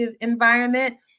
environment